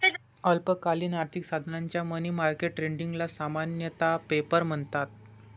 अल्पकालीन आर्थिक साधनांच्या मनी मार्केट ट्रेडिंगला सामान्यतः पेपर म्हणतात